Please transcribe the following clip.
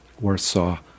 Warsaw